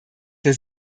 der